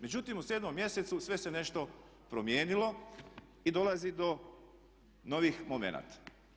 Međutim u 7.mjesecu sve se nešto promijenilo i dolazi do novih momenata.